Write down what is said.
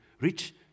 rich